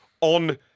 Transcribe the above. on